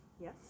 Yes